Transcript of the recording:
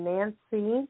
Nancy